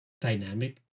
dynamic